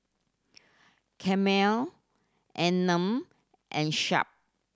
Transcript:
Camel Anmum and Sharp